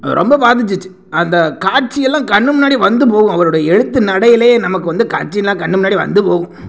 அது ரொம்ப பாதிச்சிச்சு அந்த காட்சி எல்லாம் கண்ணு முன்னாடி வந்துபோகும் அவரோட எழுத்து நடையில் நமக்கு வந்து காட்சிலாம் கண்ணு முன்னாடி வந்து போகும்